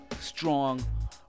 strong